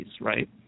right